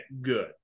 good